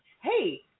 hey